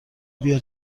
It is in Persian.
بیا